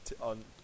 on